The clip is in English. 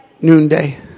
noonday